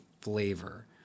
flavor